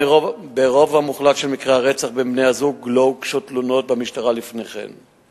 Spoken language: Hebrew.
ברוב המוחלט של מקרי הרצח של בני-הזוג לא הוגשו תלונות במשטרה לפני כן,